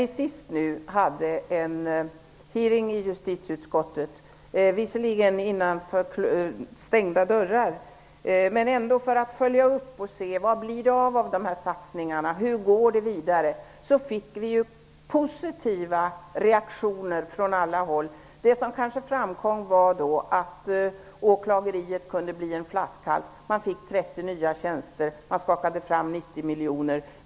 Vi hade nyss en hearing i justitieutskottet, visserligen innanför stängda dörrar, för att följa upp och se vad det har blivit av satsningarna, hur det går. Vi fick positiva reaktioner från alla håll. Det som framkom var att åklageriet kunde bli en flaskhals. Man fick 30 nya tjänster. Man skakade fram 90 miljoner.